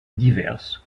diverses